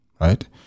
right